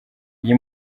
iyi